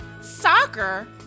soccer